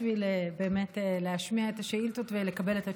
בשביל להשמיע את השאילתות ולקבל את התשובות.